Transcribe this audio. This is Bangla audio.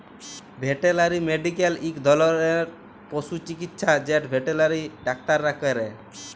ভেটেলারি মেডিক্যাল ইক ধরলের পশু চিকিচ্ছা যেট ভেটেলারি ডাক্তাররা ক্যরে